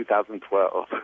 2012